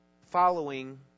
following